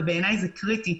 בעיניי זה קריטי.